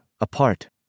apart